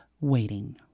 Waiting